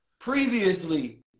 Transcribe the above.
previously